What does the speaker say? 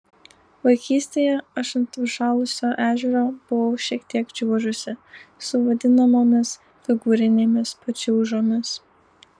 vaikystėje aš ant užšalusio ežero buvau šiek tiek čiuožusi su vadinamomis figūrinėmis pačiūžomis